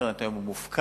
האינטרנט היום מופקר.